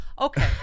Okay